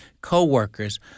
co-workers